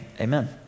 amen